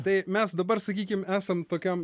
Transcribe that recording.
tai mes dabar sakykim esam tokiam